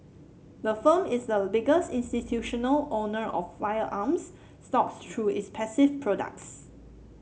the firm is the biggest institutional owner of firearms stocks through its passive products